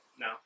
no